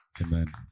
Amen